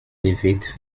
bewegt